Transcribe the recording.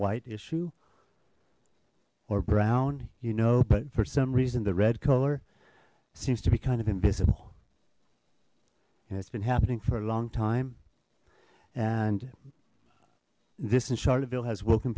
white issue or brown you know but for some reason the red color seems to be kind of invisible it's been happening for a long time and this in charlotte ville has woken